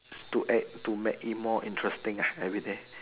to add to make it more interesting ah everyday